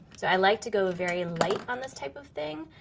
so i like to go very light on this type of thing,